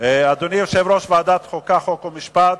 אדוני יושב-ראש ועדת החוקה, חוק ומשפט,